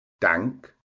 Dank